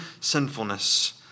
sinfulness